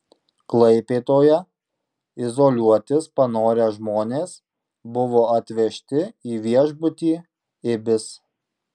klaipėdoje izoliuotis panorę žmonės buvo atvežti į viešbutį ibis